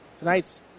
Tonight's